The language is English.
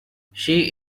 she